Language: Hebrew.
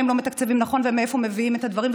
האם לא מתקצבים נכון ומאיפה מביאים את הדברים.